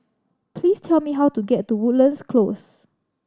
please tell me how to get to Woodlands Close